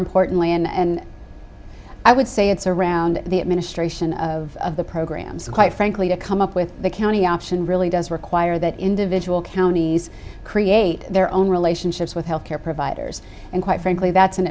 importantly and i would say it's around the administration of the program so quite frankly to come up with the county option really does require that individual counties create their own relationships with healthcare providers and quite frankly that's an